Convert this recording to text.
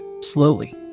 slowly